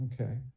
Okay